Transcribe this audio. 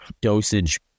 dosage